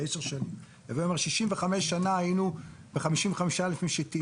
הווי אומר ש-65 שנה היינו עם 55,000 משיטים